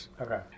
Okay